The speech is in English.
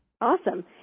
Awesome